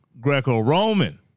Greco-Roman